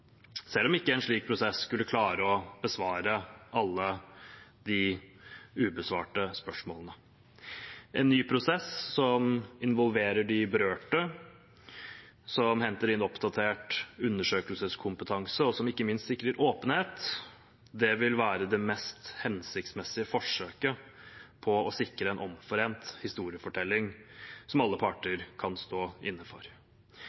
selv om ikke en slik prosess skulle klare å besvare alle de ubesvarte spørsmålene. En ny prosess som involverer de berørte, som henter inn oppdatert undersøkelseskompetanse, og som ikke minst sikrer åpenhet, vil være det mest hensiktsmessige forsøket på å sikre en omforent historiefortelling som alle parter kan stå inne for.